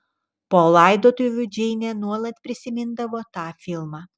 po laidotuvių džeinė nuolat prisimindavo tą filmą